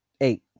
Eight